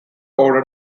ordered